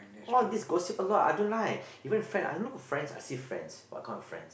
all these gossip a lot I don't like even friend I look friends I see friends what kind of friends